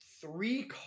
three